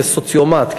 כסוציומט,